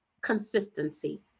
consistency